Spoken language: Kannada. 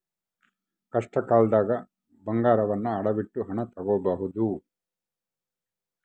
ಕಷ್ಟಕಾಲ್ದಗ ಬಂಗಾರವನ್ನ ಅಡವಿಟ್ಟು ಹಣ ತೊಗೋಬಹುದು